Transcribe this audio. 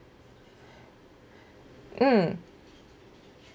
mm